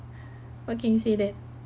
how can say that